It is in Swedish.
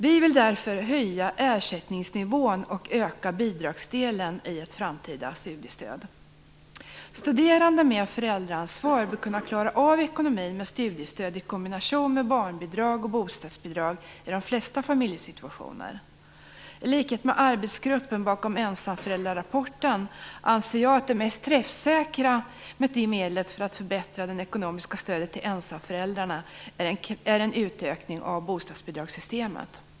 Vi vill därför höja ersättningsnivån och öka bidragsdelen i ett framtida studiestöd. Studerande med föräldraansvar bör kunna klara av ekonomin med studiestöd i kombination med barnbidrag och bostadsbidrag i de flesta familjesituationer. I likhet med arbetsgruppen bakom ensamföräldrarapporten anser jag att det mest träffsäkra medlet för att förbättra det ekonomiska stödet till ensamföräldrarna är en utökning av bostadsbidragssystemet.